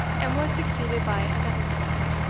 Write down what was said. and was succeeded by another priest,